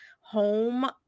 home